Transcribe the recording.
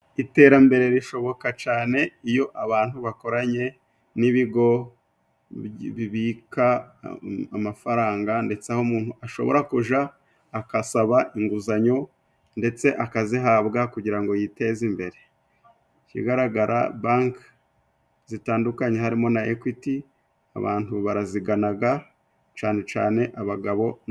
Iterambere rishoboka cane iyo abantu bakoranye n'ibigo bibika amafaranga, ndetse aho umuntu ashobora kuja akasaba inguzanyo ndetse akazihabwa, kugira ngo yiteze imbere. Ikigaragara Banki zitandukanye harimo na Ekwiti, abantu baraziganaga canecane abagabo.